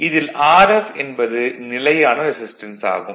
இதில் Rf என்பது நிலையான ரெசிஸ்டன்ஸ் ஆகும்